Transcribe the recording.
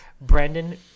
Brandon